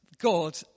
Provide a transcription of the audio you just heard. God